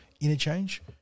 interchange